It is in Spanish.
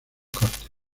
cortes